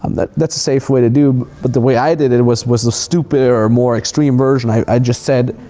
um that's a safe way to do. but the way i did it was was the stupid or or more extreme version. i i just said,